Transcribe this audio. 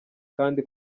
kandi